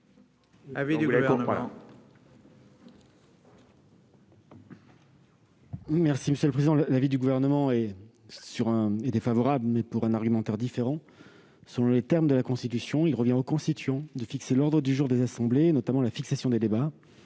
l'avis du Gouvernement